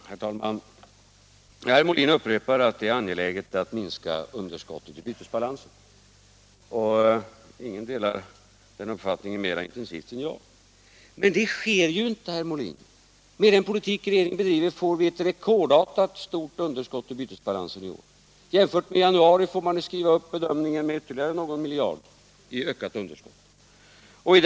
Herr talman! Herr Molin upprepade att det är angeläget att minska underskottet i bytesbalansen. Ingen delar den uppfattningen mera intensivt än jag. Men det sker ju inte, herr Molin! Med den politik re geringen bedriver får vi ett rekordstort underskott i bytesbalansen i år. Sedan januari har man fått skriva upp bedömningen av underskottets storlek med ytterligare någon miljard.